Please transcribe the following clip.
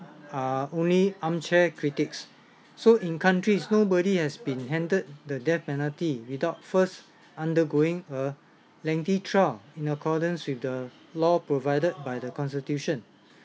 are only armchair critics so in countries nobody has been handed the death penalty without first undergoing a lengthy trial in accordance with the law provided by the constitution